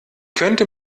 könnte